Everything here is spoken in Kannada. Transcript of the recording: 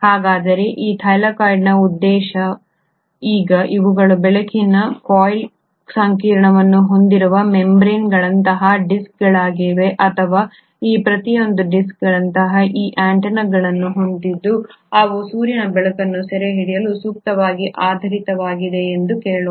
ಹಾಗಾದರೆ ಈ ಥೈಲಾಕೋಯ್ಡ್ನ ಉದ್ದೇಶವೇನು ಈಗ ಇವುಗಳು ಬೆಳಕಿನ ಕೊಯ್ಲು ಸಂಕೀರ್ಣವನ್ನು ಹೊಂದಿರುವ ಮೆಂಬರೇನ್ಗಳಂತಹ ಡಿಸ್ಕ್ಗಳಾಗಿವೆ ಅಥವಾ ಈ ಪ್ರತಿಯೊಂದು ಡಿಸ್ಕ್ಗಳು ಈ ಆಂಟೆನಾಗಳನ್ನು ಹೊಂದಿದ್ದು ಅವು ಸೂರ್ಯನ ಬೆಳಕನ್ನು ಸೆರೆಹಿಡಿಯಲು ಸೂಕ್ತವಾಗಿ ಆಧಾರಿತವಾಗಿವೆ ಎಂದು ಹೇಳೋಣ